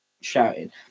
shouting